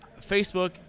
Facebook